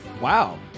Wow